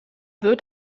wird